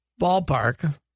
ballpark